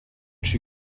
she